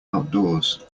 outdoors